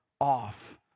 off